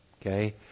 Okay